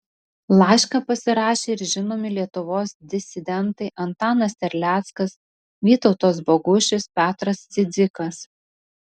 laišką pasirašė ir žinomi lietuvos disidentai antanas terleckas vytautas bogušis petras cidzikas